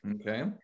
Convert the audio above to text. Okay